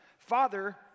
Father